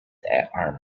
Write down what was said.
arm